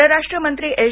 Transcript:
परराष्ट्र मंत्री एस